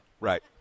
Right